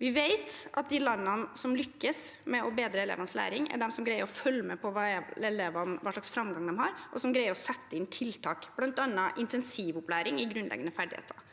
Vi vet at de landene som lykkes med å bedre elevenes læring, er de som greier å følge med på hva slags framgang elevene har, og som greier å sette inn tiltak, bl.a. intensivopplæring i grunnleggende ferdigheter.